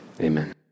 Amen